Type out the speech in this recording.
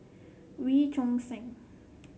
Wee Choon Seng